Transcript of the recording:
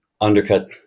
undercut